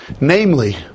Namely